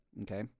okay